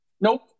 nope